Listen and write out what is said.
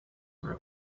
were